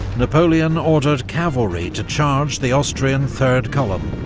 napoleon ordered cavalry to charge the austrian third column,